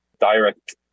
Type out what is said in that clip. direct